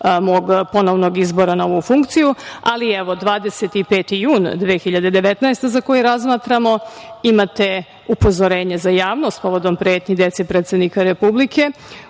mog ponovnog izbora na ovu funkciju, ali evo, 25. jun 2019. godine za koji razmatramo, imate upozorenje za javnost povodom pretnji deci predsednika Republike